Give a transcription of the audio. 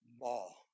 ball